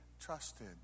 trusted